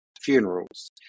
funerals